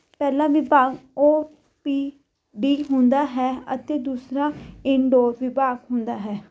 ਪਹਿਲਾ ਵਿਭਾਗ O P D ਹੁੰਦਾ ਹੈ ਅਤੇ ਦੂਸਰਾ ਇੰਨਡੋਰ ਵਿਭਾਗ ਹੁੰਦਾ ਹੈ